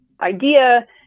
idea